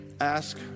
ask